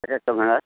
এক একটা ভেড়ার